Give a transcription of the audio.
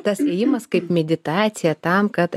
tas ėjimas kaip meditacija tam kad